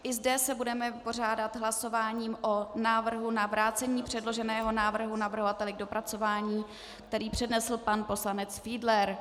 I zde se vypořádáme hlasováním s návrhem na vrácení předloženého návrhu navrhovateli k dopracování, který přednesl pan poslanec Fiedler.